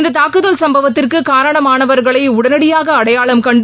இந்த தாக்குதல் சம்பவத்திற்கு காரணமானவர்களை உடனடியாக அடையாளம் கண்டு